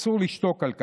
אסור לשתוק על כך.